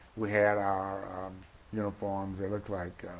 we had our um uniforms they looked like